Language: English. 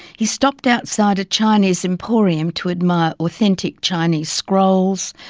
he stopped outside a chinese emporium to admire authentic chinese scrolls,